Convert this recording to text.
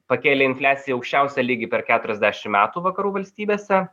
pakėlė infliaciją į aukščiausią lygį per keturiasdešim metų vakarų valstybėse